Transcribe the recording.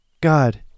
God